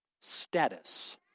status